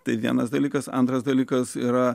tai vienas dalykas antras dalykas yra